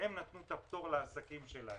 הם נתנו פטור לעסקים שלהם,